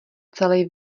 celej